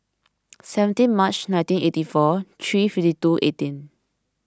seventeen March nineteen eighty four three fifty two eighteen